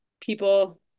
people